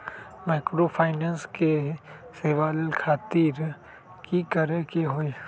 Microfinance के सेवा लेबे खातीर की करे के होई?